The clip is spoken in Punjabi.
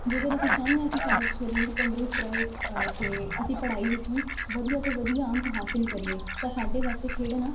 ਜੇਕਰ ਅਸੀਂ ਚਾਹੁੰਦੇ ਹਾਂ ਕਿ ਸਾਡਾ ਸਰੀਰ ਤੰਦਰੁਸਤ ਰਹੇ ਅਤੇ ਅਸੀਂ ਪੜ੍ਹਾਈ ਵਿੱਚ ਵੀ ਵਧੀਆ ਤੋਂ ਵਧੀਆ ਅੰਕ ਹਾਸਿਲ ਕਰੀਏ ਤਾਂ ਸਾਡੇ ਵਾਸਤੇ ਖੇਡਣਾ